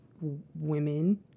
women